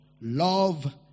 Love